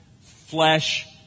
flesh